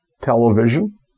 television